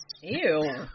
Ew